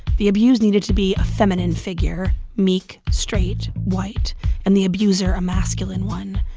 the abuse needed to be a feminine figure meek, straight, white and the abuser a masculine one.